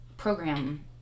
program